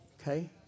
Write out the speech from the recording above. Okay